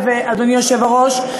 אדוני היושב-ראש,